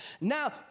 Now